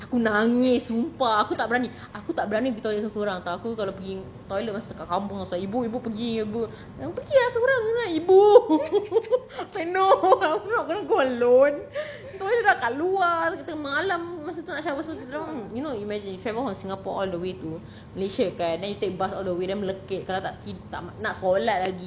aku nangis sumpah aku tak berani aku tak berani pergi toilet sorang-sorang [tau] aku kalau pergi toilet masa kat kampung ibu ibu pergi ibu pergi lah sorang ibu no I'm not going to go alone toilet dah lah kat luar tengah-tengah malam masa tu nak shower sorang-sorang you know you imagine my family from singapore all the way to all the way to malaysia kan then you take bath all the way then melekit kalau tak tak nak solat lagi